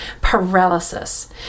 Paralysis